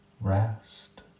rest